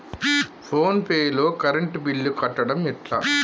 Phone pay లో current bill కట్టడం ఎట్లా?